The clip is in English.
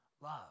Love